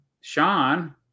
Sean